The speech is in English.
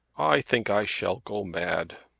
i think i shall go mad.